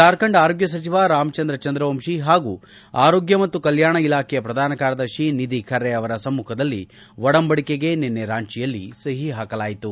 ಜಾರ್ಖಂಡ್ ಆರೋಗ್ಗ ಸಚಿವ ರಾಮಚಂದ್ರ ಚಂದ್ರವಂಶಿ ಹಾಗೂ ಆರೋಗ್ಗ ಮತ್ತು ಕಲ್ಯಾಣ ಇಲಾಖೆಯ ಪ್ರಧಾನ ಕಾರ್ಯದರ್ಶಿ ನಿಧಿಖರೆ ಅವರ ಸಮ್ಮಖದಲ್ಲಿ ಒಡಂಬಡಿಕೆಗೆ ನಿನ್ನೆ ರಾಂಚಿಯಲ್ಲಿ ಸಹಿ ಹಾಕಲಾಯಿತು